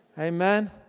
amen